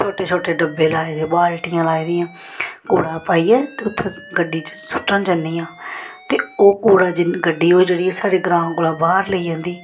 छोटे छोटे डब्बे लाए दे बाल्टियां लाई दियां कूड़ा पाइयै ते उत्थै गड्डी च सुट्टन जन्नी आं ते ओह् कूड़ा गड्डी ओह् जेह्ड़ी साढ़े ग्रांऽ कोला बाह्र लेई जंदी